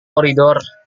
koridor